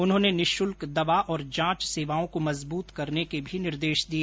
उन्होंने निःशुल्क दवा और जांच सेवाओं को मजबूत करने के निर्देश भी दिए